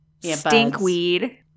stinkweed